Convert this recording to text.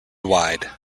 wide